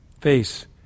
face